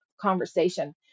conversation